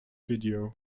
video